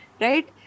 Right